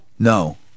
No